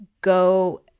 go